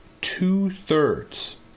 two-thirds